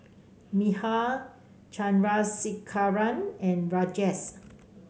Medha Chandrasekaran and Rajesh